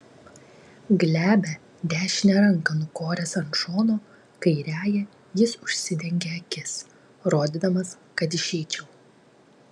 glebią dešinę ranką nukoręs ant šono kairiąja jis užsidengė akis rodydamas kad išeičiau